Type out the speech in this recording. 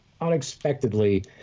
unexpectedly